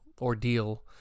ordeal